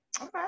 okay